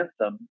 anthem